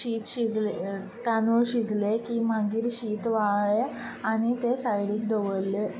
शीत शिजलें तांदूळ शिजलें की मागीर शीत वाळ्ळें आनी तें सायडीक दवरलें